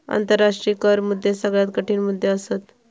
आंतराष्ट्रीय कर मुद्दे सगळ्यात कठीण मुद्दे असत